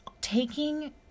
taking